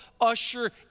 usher